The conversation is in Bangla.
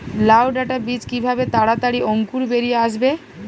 লাউ ডাটা বীজ কিভাবে তাড়াতাড়ি অঙ্কুর বেরিয়ে আসবে?